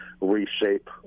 reshape